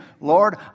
Lord